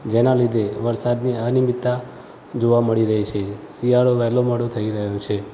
જેના લીધે વરસાદની અનિયમિતતા જોવા મળી રહી છે શિયાળો વહેલો મોડો થઈ રહ્યો છે